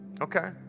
Okay